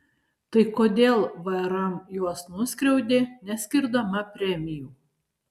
tai kodėl vrm juos nuskriaudė neskirdama premijų